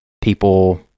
people